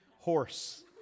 horse